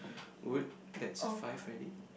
wood that's five already